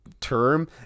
term